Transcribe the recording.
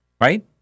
right